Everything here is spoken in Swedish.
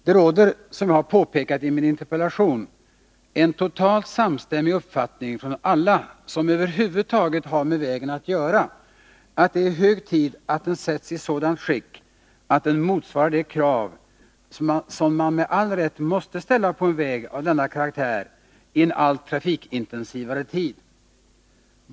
Det råder, som jag har påpekat i min interpellation, total samstämmighet från alla som över huvud taget har med vägen att göra om att det är hög tid att den sätts i sådant skick att den motsvarar de krav som man med all rätt måste ställa på en väg av denna karaktär i en allt trafikintensivare tid.